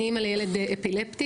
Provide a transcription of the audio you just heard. אני אימא לילד אפילפטי,